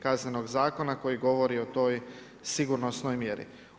Kaznenog zakona koji govori o toj sigurnosnoj mjeri.